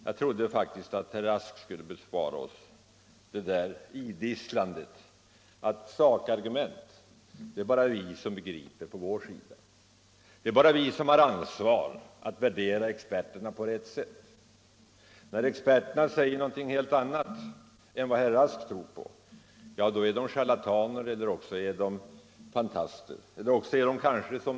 Jag trodde faktiskt att herr Rask skulle bespara oss det där idisslandet om att ”sakargument är det bara vi som begriper på vår sida, det är bara vi som har ansvar när det gäller att värdera experterna på rätt sätt” etc. När experterna säger någonting helt annat än vad herr Rask tror på, då är de charlataner eller också är de fantaster.